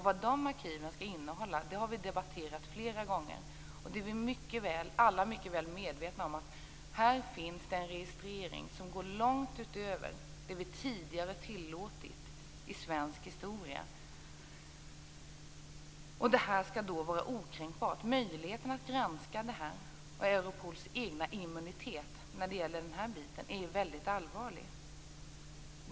Vad de arkiven skall innehålla har vi debatterat fler gånger. Alla är mycket väl medvetna om att det här finns en registrering som går långt utöver vad vi tidigare har tillåtit i svensk historia. Det skall alltså vara okränkbart. Frågan om möjligheten att granska det här är, liksom Europols egen immunitet när det gäller den här biten, väldigt allvarlig.